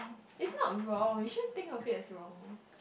is not wrong you just think of it as wrong